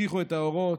החשיכו את האורות,